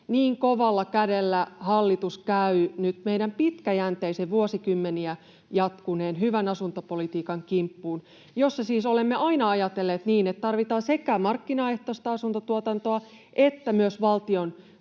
Niin kovalla kädellä hallitus käy nyt meidän pitkäjänteisen, vuosikymmeniä jatkuneen hyvän asuntopolitiikan kimppuun, jossa siis olemme aina ajatelleet niin, että tarvitaan sekä markkinaehtoista asuntotuotantoa että myös valtion tukemaa